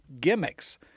gimmicks